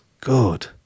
good